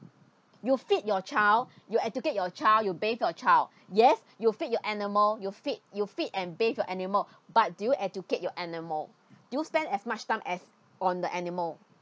you feed your child you educate your child you bathe your child yes you feed your animal you feed your feed and bathe for animal but do you educate your animal do you spend as much time as on the animal